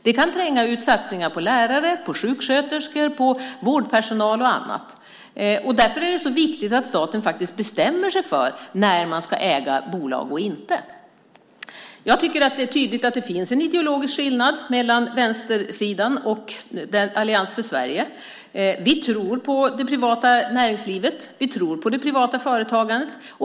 Det kan tränga ut satsningar på lärare, sjuksköterskor, vårdpersonal och annat. Därför är det viktigt att staten faktiskt bestämmer sig för när man ska äga bolag och inte. Jag tycker att det är tydligt att det finns en ideologisk skillnad mellan vänstersidan och Allians för Sverige. Vi tror på det privata näringslivet, och vi tror på det privata företagandet.